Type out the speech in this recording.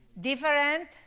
different